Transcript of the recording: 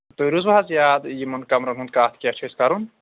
تُہۍ روٗزوٕ حظ یاد یِمَن کَمرَن ہُنٛد کَتھ کیٛاہ چھِ اَسہِ کَرُن